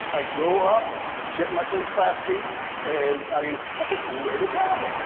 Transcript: i go up, sit in my first class seat and, i mean, that's a cool way to travel,